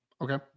Okay